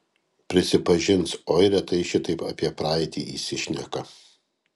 prisipažins oi retai šitaip apie praeitį įsišneka